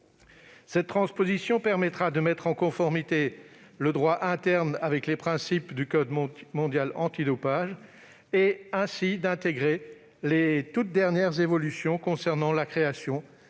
Cette transposition permettra de mettre en conformité le droit interne avec les principes du code mondial antidopage et ainsi d'intégrer les toutes dernières évolutions concernant la création